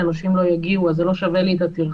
הנושים לא הגיעו אז זה לא שווה לי את הטרחה